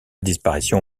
disparition